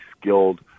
skilled